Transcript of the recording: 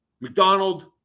McDonald